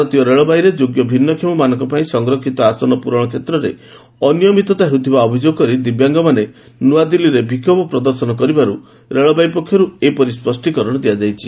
ଭାରତୀୟ ରେଳବାଇରେ ଯୋଗ୍ୟ ଭିନ୍ନକ୍ଷମମାନଙ୍କ ପାଇଁ ସଂରକ୍ଷିତ ଆସନ ପୂରଣ କ୍ଷେତ୍ରରେ ଅନିୟମିତତା ହେଉଥିବା ଅଭିଯୋଗ କରି ଦିବ୍ୟାଙ୍ଗମାନେ ନୂଆଦିଲ୍ଲୀରେ ବିକ୍ଷୋଭ ପ୍ରଦର୍ଶନ କରିବାରୁ ରେଳବାଇ ପକ୍ଷରୁ ଏପରି ସ୍ୱଷ୍ଟିକରଣ ଦିଆଯାଇଛି